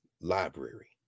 library